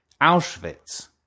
Auschwitz